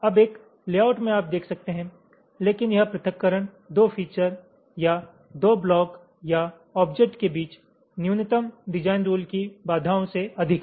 अब एक लेआउट में आप देख सकते हैं लेकिन यह पृथक्करण 2 फिचर या 2 ब्लॉक या ऑब्जेक्ट के बीच न्यूनतम डिजाइन रुल की बाधाओं से अधिक है